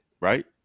right